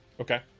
Okay